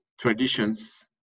traditions